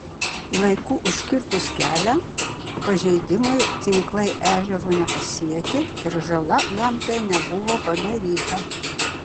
laiku užkirtus kelią pažeidimui tinklai ežero nepasiekė ir žala gamtai nebuvo padaryta